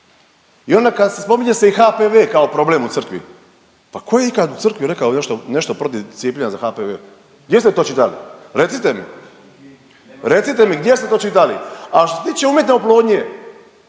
I onda kad se, spominje se i HPV kao problem u crkvi. Pa ko je ikad u crkvi rekao nešto, nešto protiv cijepljenja za HPV, gdje ste to čitali, recite mi, recite mi gdje ste to čitali? A što se tiče umjetne oplodnje,